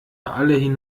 alle